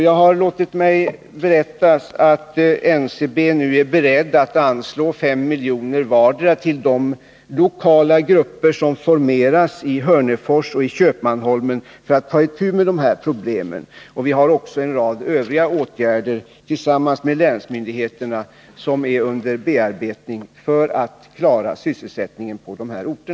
Jag har låtit mig underrättas om att NCB nu är berett att anslå 5 milj.kr. till vardera av de lokala grupper som formeras i Hörnefors och Köpmanholmen för att ta itu med problemen. Vi har också tillsammans med länsmyndigheterna en rad övriga åtgärder under bearbetning för att man skall klara sysselsättningen på dessa orter.